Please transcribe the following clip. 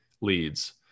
leads